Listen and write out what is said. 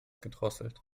gedrosselt